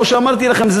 כמו שאמרתי לכם,